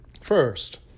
First